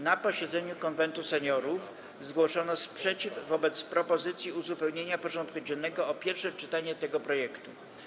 Na posiedzeniu Konwentu Seniorów zgłoszono sprzeciw wobec propozycji uzupełnienia porządku dziennego o pierwsze czytanie tego projektu.